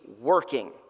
working